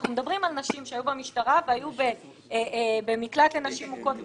אנחנו מדברים על נשים שהיו במשטרה והיו במקלט לנשים מוכות.